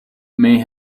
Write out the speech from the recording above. may